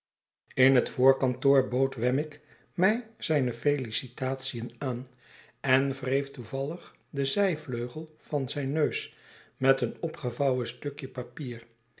in het voorkantoor bood wemmick mij zijne felicitatien aan en wreef toevallig den zijvleugel van zijn neus met een opgevouwen stukje papier